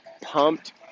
pumped